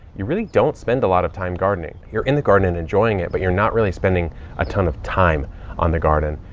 you really don't spend a lot of time gardening. you're in the garden and enjoying it, but you're not really spending a ton of time on the garden,